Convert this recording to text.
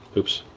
oops,